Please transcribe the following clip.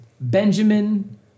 Benjamin